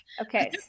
Okay